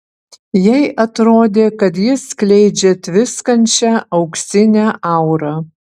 jai atrodė kad jis skleidžia tviskančią auksinę aurą